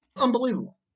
Unbelievable